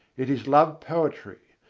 it is love-poetry,